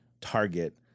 target